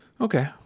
Okay